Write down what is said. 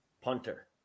Punter